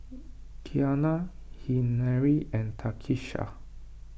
Kiana Henery and Takisha